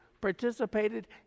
participated